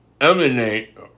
emanate